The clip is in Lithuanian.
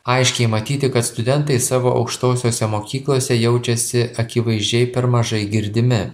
aiškiai matyti kad studentai savo aukštosiose mokyklose jaučiasi akivaizdžiai per mažai girdimi